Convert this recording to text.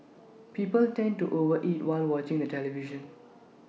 people tend to over eat while watching the television